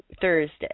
Thursday